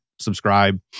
subscribe